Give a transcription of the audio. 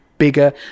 bigger